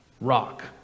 rock